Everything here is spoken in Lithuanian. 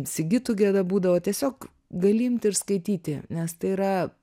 sigitu geda būdavo tiesiog gali imt ir skaityti nes tai yra